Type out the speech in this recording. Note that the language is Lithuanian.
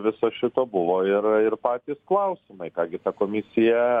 viso šito buvo ir ir patys klausimai ką gi ta komisija